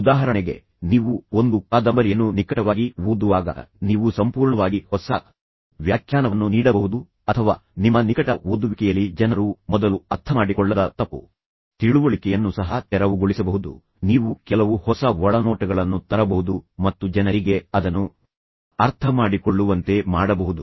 ಉದಾಹರಣೆಗೆ ನೀವು ಒಂದು ಕಾದಂಬರಿಯನ್ನು ನಿಕಟವಾಗಿ ಓದುವಾಗ ನೀವು ಸಂಪೂರ್ಣವಾಗಿ ಹೊಸ ವ್ಯಾಖ್ಯಾನವನ್ನು ನೀಡಬಹುದು ಅಥವಾ ನಿಮ್ಮ ನಿಕಟ ಓದುವಿಕೆಯಲ್ಲಿ ಜನರು ಮೊದಲು ಅರ್ಥಮಾಡಿಕೊಳ್ಳದ ತಪ್ಪು ತಿಳುವಳಿಕೆಯನ್ನು ಸಹ ತೆರವುಗೊಳಿಸಬಹುದು ನೀವು ಕೆಲವು ಹೊಸ ಒಳನೋಟಗಳನ್ನು ತರಬಹುದು ಮತ್ತು ಜನರಿಗೆ ಅದನ್ನು ಅರ್ಥಮಾಡಿಕೊಳ್ಳುವಂತೆ ಮಾಡಬಹುದು